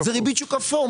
זה ריבית שוק אפור.